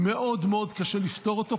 מאוד מאוד קשה לפתור אותו,